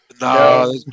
No